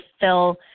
fill